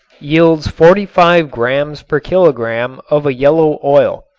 yields forty-five grams per kilogram of a yellow oil.